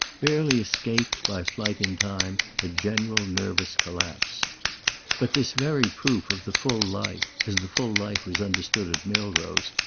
barely escaped, by flight in time, a general nervous collapse but this very proof of the full life, as the full life was understood at milrose,